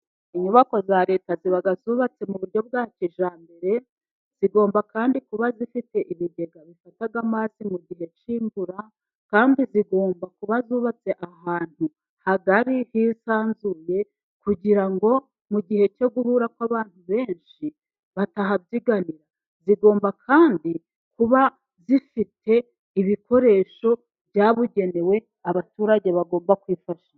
Inyubako za leta ziba zubatse mu buryo bwa kijyambere, zigomba kandi kuba zifite ibigega bifata amazi mu gihe cy'imvura, kandi zigomba kuba zubatse ahantu hagari hisanzuye, kugira ngo mu gihe cyo guhura kw'abantu benshi batahabyiganira, zigomba kandi kuba zifite ibikoresho byabugenewe abaturage bagomba kwifashisha.